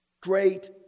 Great